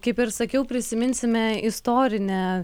kaip ir sakiau prisiminsime istorinę